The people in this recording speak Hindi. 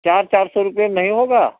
चार चार सौ रुपए नहीं होगा